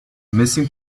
missing